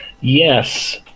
Yes